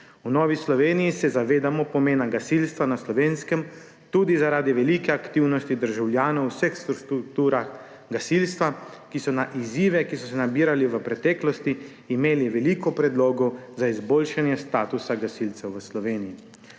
V Novi Sloveniji se zavedamo pomena gasilstva na Slovenskem tudi zaradi velike aktivnosti državljanov v vseh strukturah gasilstva, ki so na izzive, ki so se nabirali v preteklosti, imeli veliko predlogov za izboljšanje statusa gasilcev v Sloveniji.